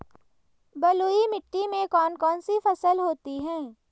बलुई मिट्टी में कौन कौन सी फसल होती हैं?